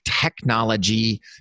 technology